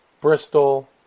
Bristol